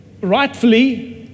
rightfully